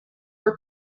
were